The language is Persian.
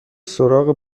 سراغ